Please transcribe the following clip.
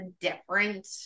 different